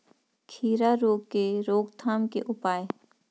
खीरा रोग के रोकथाम के उपाय?